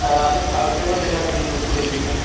আপনি কালকে একবার দেখা করুন দুপুরের দিকে